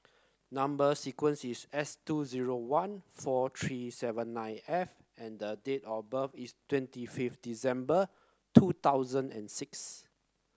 number sequence is S two zero one four three seven nine F and the date of birth is twenty fifth December two thousand and six